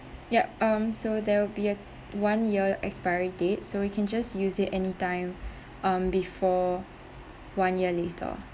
yup um so there will be a one year expiry date so you can just use it anytime um before one year later